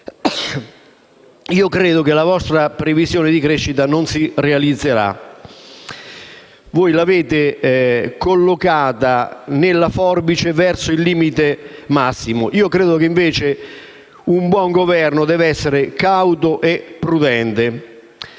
Credo che la vostra previsione di crescita non si realizzerà. L'avete collocata nella forbice verso il limite massimo, ma ritengo che un buon Governo debba essere cauto e prudente.